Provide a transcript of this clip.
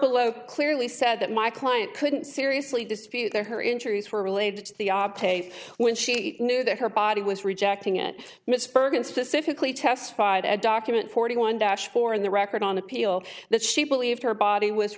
below clearly said that my client couldn't seriously dispute there her injuries were related to the object when she knew that her body was rejecting it misspoke and specifically testified at document forty one dash four in the record on appeal that she believed her body was